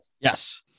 yes